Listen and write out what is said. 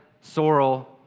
sorrel